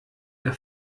der